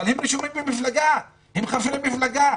אבל הם רשומים במפלגה, הם חברי מפלגה,